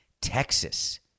Texas